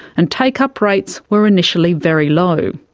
and take-up rates were initially very low.